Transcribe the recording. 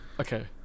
Okay